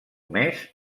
més